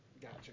Gotcha